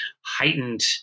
heightened